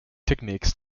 techniques